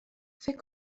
فکر